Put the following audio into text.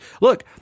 look—